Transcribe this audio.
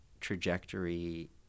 trajectory